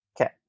Okay